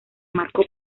marco